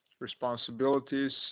responsibilities